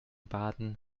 baden